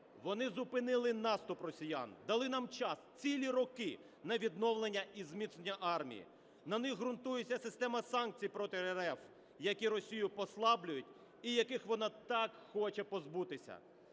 вони зупинили наступ росіян, дали нам час, цілі роки на відновлення і зміцнення армії, на них ґрунтується система санкцій проти РФ, які Росію послаблюють і яких вона так хоче позбутися.